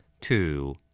Two